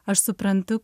aš suprantu